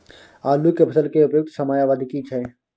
आलू के फसल के उपयुक्त समयावधि की छै?